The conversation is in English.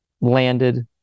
landed